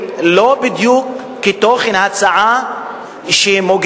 שבדרך כלל זה רכב גבוה לא ראה אותם מתנייעים ומתניידים